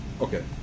Okay